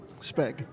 spag